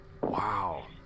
wow